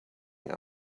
and